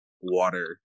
water